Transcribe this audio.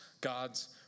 God's